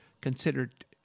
considered